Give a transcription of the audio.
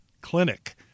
clinic